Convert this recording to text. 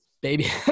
baby